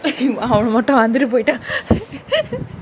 அவனு மட்டு வந்துட்டு பொய்ட்டா:avanu mattu vanthutu poitaa